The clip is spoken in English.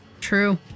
True